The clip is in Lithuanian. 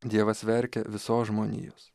dievas verkia visos žmonijos